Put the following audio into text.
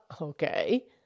okay